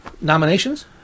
Nominations